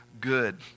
good